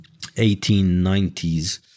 1890s